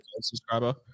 subscriber